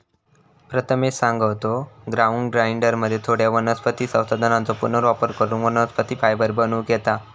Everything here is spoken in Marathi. प्रथमेश सांगा होतो, ग्राउंड ग्राइंडरमध्ये थोड्या वनस्पती संसाधनांचो पुनर्वापर करून वनस्पती फायबर बनवूक येता